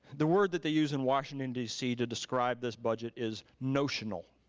the word that they use in washington dc to describe this budget is notional.